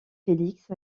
félix